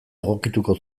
egokituko